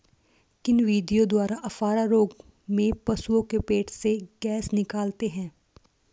किन विधियों द्वारा अफारा रोग में पशुओं के पेट से गैस निकालते हैं?